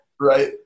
Right